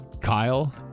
Kyle